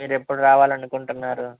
మీరు ఎప్పుడు రావాలి అనుకుంటున్నారు